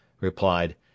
replied